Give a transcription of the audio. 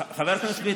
שיווקים.